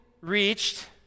reached